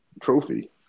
trophy